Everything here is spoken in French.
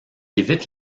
évite